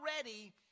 already